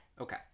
Okay